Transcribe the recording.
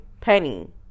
penny